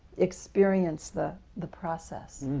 experience the the process.